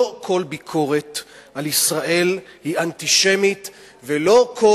לא כל ביקורת על ישראל היא אנטישמית ולא כל